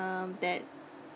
um that